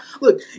Look